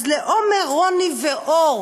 אז לעומר, רוני ואור